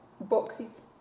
boxes